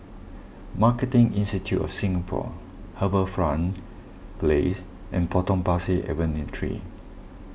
Marketing Institute of Singapore HarbourFront Place and Potong Pasir Avenue three